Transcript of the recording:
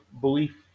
belief